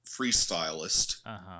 freestylist